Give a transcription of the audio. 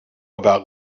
about